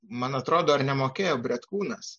man atrodo ar nemokėjo bretkūnas